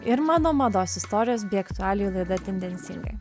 ir mano mados istorijos bei aktualijų laida tendencingai